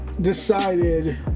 decided